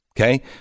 Okay